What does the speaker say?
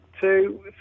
two